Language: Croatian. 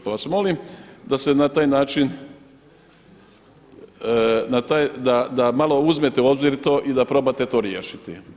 Pa vas molim da se na taj način, da malo uzmete u obzir to i da probate to riješiti.